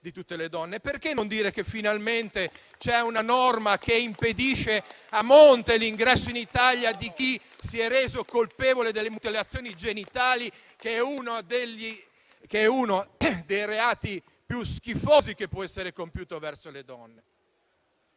Perché non dire che finalmente c'è una norma che impedisce a monte l'ingresso in Italia di chi si è reso colpevole delle mutilazioni genitali, che è uno dei reati più schifosi che può essere compiuto verso le donne,